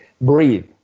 breathe